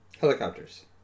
helicopters